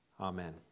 Amen